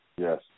Yes